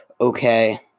okay